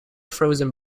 frozen